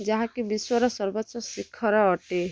ଯାହା କି ବିଶ୍ୱର ସର୍ବୋଚ୍ଚ ଶିଖର ଅଟେ